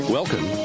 Welcome